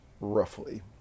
roughly